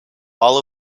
all